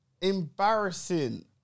embarrassing